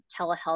telehealth